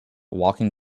walking